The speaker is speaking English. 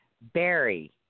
Barry